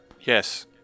Yes